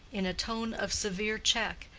in a tone of severe check,